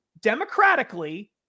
democratically